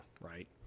right